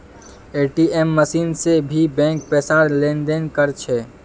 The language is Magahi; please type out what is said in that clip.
ए.टी.एम मशीन से भी बैंक पैसार लेन देन कर छे